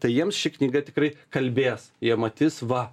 tai jiems ši knyga tikrai kalbės jie matys va